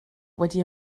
wedi